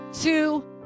two